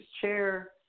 chair